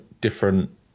different